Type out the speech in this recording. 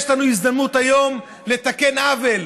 יש לנו הזדמנות היום לתקן עוול.